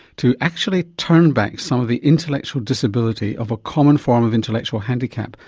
to actually turn back some of the intellectual disability of a common form of intellectual handicap,